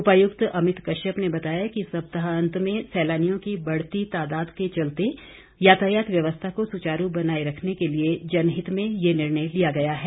उपायुक्त अमित कश्यप ने बताया कि सप्ताह के अंत में सैलानियों की बढ़ती तादाद के चलते यातायात व्यवस्था को सुचारू बनाए रखने के लिए जनहित में ये निर्णय लिया गया है